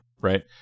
Right